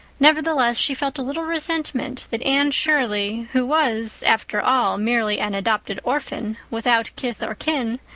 nevertheless, she felt a little resentment that anne shirley, who was, after all, merely an adopted orphan, without kith or kin,